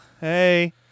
Hey